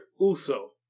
Uso